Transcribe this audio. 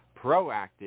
proactive